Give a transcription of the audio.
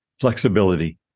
flexibility